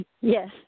Yes